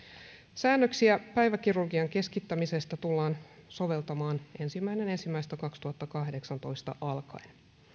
säännöksiä päiväkirurgian keskittämisestä tullaan soveltamaan ensimmäinen ensimmäistä kaksituhattakahdeksantoista alkaen